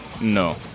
No